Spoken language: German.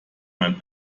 mein